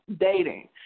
dating